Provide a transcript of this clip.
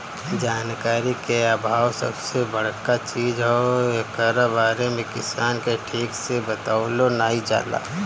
जानकारी के आभाव सबसे बड़का चीज हअ, एकरा बारे में किसान के ठीक से बतवलो नाइ जाला